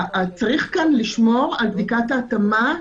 צריך כאן לשמור על בדיקת ההתאמה,